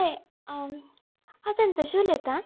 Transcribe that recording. हांव संतोशी उलयतां